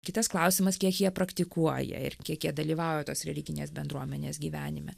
kitas klausimas kiek jie praktikuoja ir kiek jie dalyvauja tos religinės bendruomenės gyvenime